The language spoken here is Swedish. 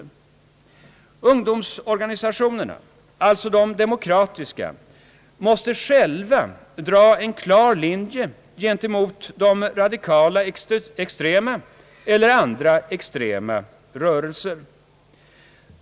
Ungdomsorganisationerna, alltså de demokratiska, måste själva dra en klar linje gentemot de radikalextrema eller andra extrema rörelser.